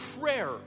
prayer